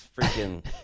freaking